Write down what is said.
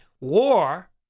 War